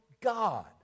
God